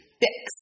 fix